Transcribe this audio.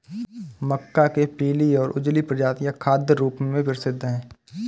मक्का के पीली और उजली प्रजातियां खाद्य रूप में प्रसिद्ध हैं